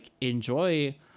enjoy